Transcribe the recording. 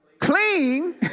clean